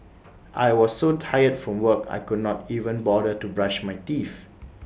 I was so tired from work I could not even bother to brush my teeth